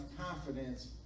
confidence